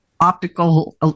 optical